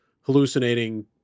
hallucinating